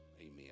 Amen